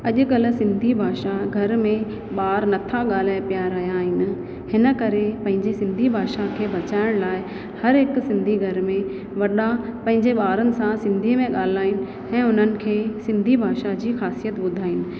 अॼुकल्ह सिंधी भाषा घर में ॿार नथा ॻाल्हाए पिया रहिया आहिनि हिन करे पंहिंजे सिंधी भाषा खे बचाइण लाइ हर हिकु सिंधी घर में वॾा जंहिं ॿारनि सां सिंधी में ॻाल्हाइनि ऐं उन्हनि खे सिंधी भाषा जी ख़ासियत ॿुधाइनि